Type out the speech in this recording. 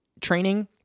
training